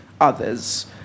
others